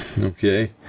Okay